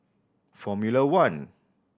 Formula One